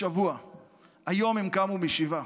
היום הם קמו משבעה.